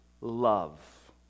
love